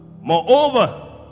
moreover